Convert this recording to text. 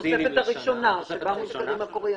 לתוספת הראשונה, שבה מוזכרים הקוריאנים.